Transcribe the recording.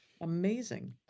Amazing